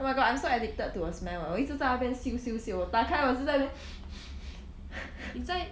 oh my god I'm so addicted to a smell 我一直在那边嗅嗅嗅我打开我一直在那边